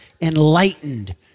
enlightened